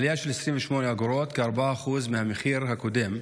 עלייה של 28 אגורות, כ-4% מהמחיר הקודם,